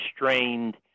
restrained